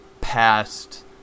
past